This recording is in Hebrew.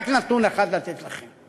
רק נתון אחד, לתת לכם: